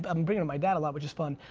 but i'm bringing my dad along which is fun.